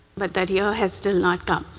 but that year has still not come.